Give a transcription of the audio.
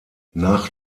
nach